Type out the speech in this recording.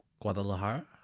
Guadalajara